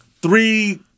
three